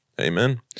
Amen